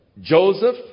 Joseph